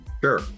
Sure